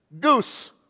Goose